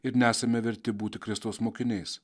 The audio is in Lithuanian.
ir nesame verti būti kristaus mokiniais